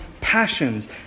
passions